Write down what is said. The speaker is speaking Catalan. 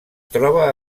troba